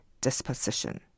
disposition